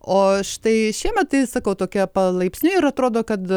o štai šiemet tai sakau tokia palaipsniui ir atrodo kad